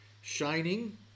shining